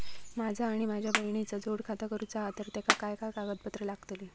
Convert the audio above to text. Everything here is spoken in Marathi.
माझा आणि माझ्या बहिणीचा जोड खाता करूचा हा तर तेका काय काय कागदपत्र लागतली?